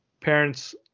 parents